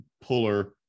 puller